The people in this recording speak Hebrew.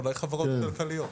אולי חברות כלכליות.